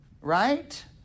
right